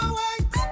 white